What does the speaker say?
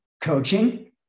coaching